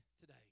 today